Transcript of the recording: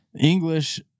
English